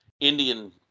indian